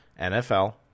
NFL